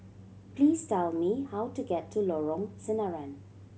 please tell me how to get to Lorong Sinaran